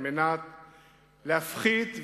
כדי להפחית,